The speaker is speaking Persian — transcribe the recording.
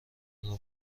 خدا